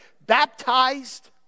Baptized